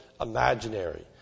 imaginary